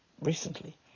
recently